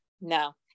no